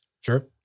Sure